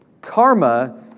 Karma